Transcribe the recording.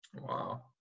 Wow